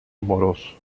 amoroso